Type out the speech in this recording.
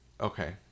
Okay